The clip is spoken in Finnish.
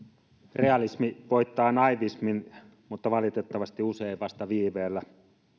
realismi voittaa naivismin mutta valitettavasti usein vasta viiveellä